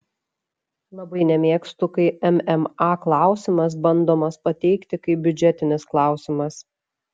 labai nemėgstu kai mma klausimas bandomas pateikti kaip biudžetinis klausimas